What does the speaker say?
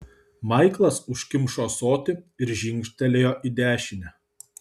maiklas užkimšo ąsotį ir žingtelėjo į dešinę